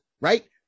right